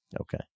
Okay